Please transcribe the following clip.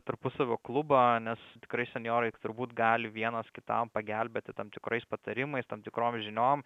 tarpusavio klubą nes tikrai senjorai turbūt gali vienas kitam pagelbėti tam tikrais patarimais tam tikrom žiniom